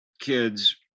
kids